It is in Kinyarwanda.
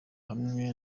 hamwe